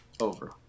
Over